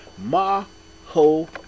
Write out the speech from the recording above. Maho